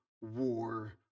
war